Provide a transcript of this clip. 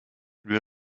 lui